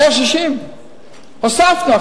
160. הוספנו.